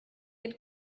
had